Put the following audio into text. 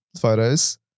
photos